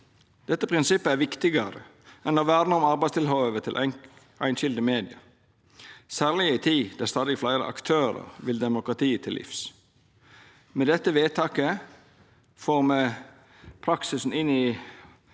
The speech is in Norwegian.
Dette prinsippet er viktigare enn å verna om arbeidstilhøva til einskilde medium, særleg i ei tid der stadig fleire aktørar vil demokratiet til livs. Med dette vedtaket får me praksisen inn i